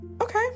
okay